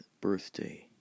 birthday